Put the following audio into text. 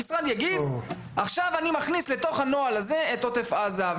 המשרד יגיד: עכשיו אני מכניס לתוך הנוהל הזה את עוטף עזה,